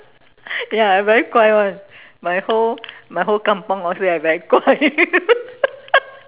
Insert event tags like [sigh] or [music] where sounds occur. ya I very 乖 [one] my whole my whole :kampung all say I very 乖 [laughs]